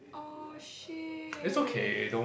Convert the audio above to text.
oh shit